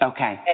Okay